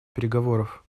переговоров